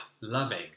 loving